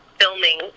filming